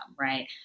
right